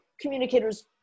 communicators